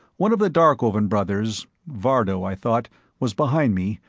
one of the darkovan brothers vardo, i thought was behind me,